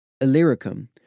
Illyricum